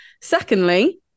Secondly